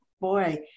boy